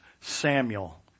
Samuel